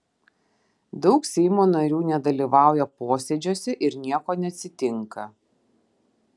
daug seimo narių nedalyvauja posėdžiuose ir nieko neatsitinka